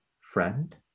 friend